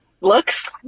Looks